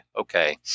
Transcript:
okay